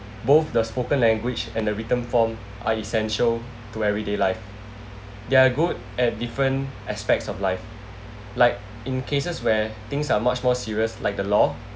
both the spoken language and the written form are essential to everyday life they are good at different aspects of life like in cases where things are much more serious like the law